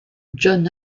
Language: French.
john